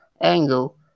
angle